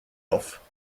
off